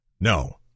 No